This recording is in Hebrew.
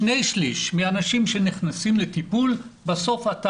שני שליש מהאנשים שנכנסים לטיפול בסוף אתה